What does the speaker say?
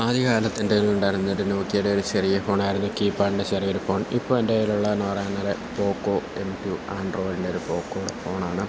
ആദ്യകാലത്ത് എന്റെ കയ്യിൽ ഉണ്ടായിരുന്നത് നോക്കിയയുടെ ഒരു ചെറിയ ഫോണായിരുന്നു കീപാഡിൻ്റെ ചെറിയൊരു ഫോൺ ഇപ്പോൾ എൻ്റെ കയ്യിലുള്ളതെന്ന് പറയുന്നത് പോക്കോ റ്റു ആൻഡ്രോയിഡിൻ്റെ ഒരു പോകോ ഫോണാണ്